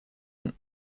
nom